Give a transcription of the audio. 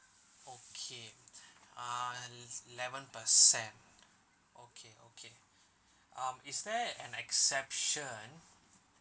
okay uh it's eleven percent okay okay um is there an exception